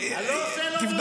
אני לא עושה, לא קונה.